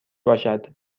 باشد